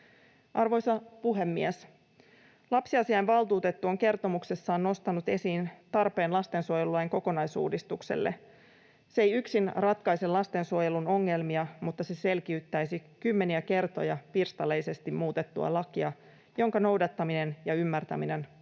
Arvoisa puhemies! Lapsiasiainvaltuutettu on kertomuksessaan nostanut esiin tarpeen lastensuojelulain kokonaisuudistukselle. Se ei yksin ratkaise lastensuojelun ongelmia, mutta se selkiyttäisi kymmeniä kertoja pirstaleisesti muutettua lakia, jonka noudattaminen ja ymmärtäminen on